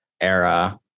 era